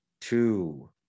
two